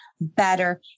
better